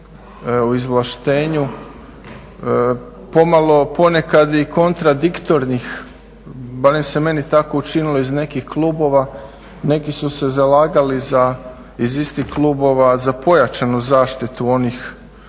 o izvlaštenju, pomalo ponekad i kontradiktornih barem se meni tako učinilo iz nekih klubova neki su se zalagali iz istih klubova za pojačanu zaštitu onih na